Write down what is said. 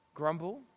grumble